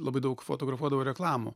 labai daug fotografuodavau reklamų